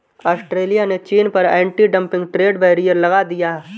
Australia ने चीन पर एंटी डंपिंग ट्रेड बैरियर लगा दिया